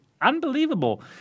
unbelievable